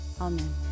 Amen